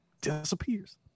disappears